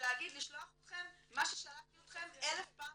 ולשלוח אתכם מה ששלחתי אתכם 1000 פעם